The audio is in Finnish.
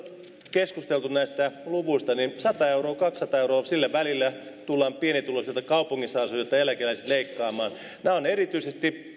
keskusteltu näistä luvuista niin sata euroa kaksisataa euroa sillä välillä tullaan pienituloisilta kaupungissa asuvilta eläkeläisiltä leikkaamaan nämä ovat erityisesti